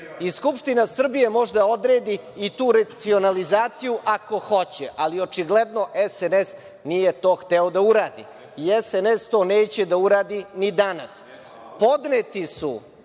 i Skupština Srbije može da odredi i tu racionalizaciju ako hoće, ali očigledno SNS nije to hteo da uradi i SNS to neće da uradi ni danas. Podneti su